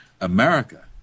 America